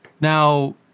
Now